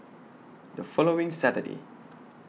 The following Saturday